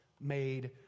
made